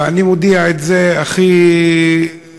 ואני מודיע את זה הכי פשוט: